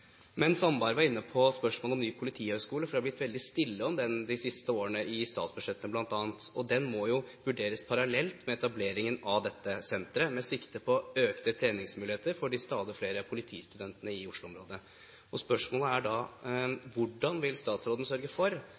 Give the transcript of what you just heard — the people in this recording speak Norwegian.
Sandberg var inne på spørsmålet om ny politihøyskole, for det har blitt veldig stille om det de siste årene, bl.a. i statsbudsjettene, og det må jo vurderes parallelt med etableringen av dette senteret med sikte på økte treningsmuligheter for de stadig flere politistudentene i Oslo-området. Spørsmålet er da: Hvordan vil statsråden sørge for